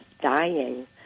dying